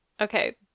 Okay